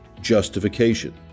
justification